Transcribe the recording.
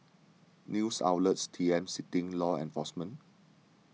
news outlet T M citing law enforcement